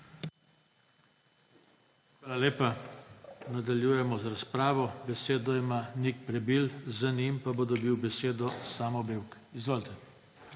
Hvala lepa. Nadaljujemo z razpravo. Besedo ima Nik Prebil, za njim pa bo dobil besedo Samo Bevk. Izvolite.